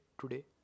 today